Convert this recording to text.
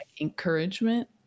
encouragement